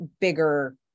bigger